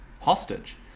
hostage